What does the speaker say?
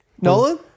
Nolan